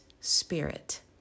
spirit